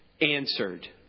answered